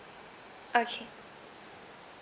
okay